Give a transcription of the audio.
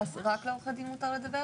רק לעורכת דין מותר לדבר?